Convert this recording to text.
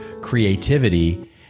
creativity